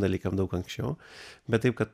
dalykam daug anksčiau bet taip kad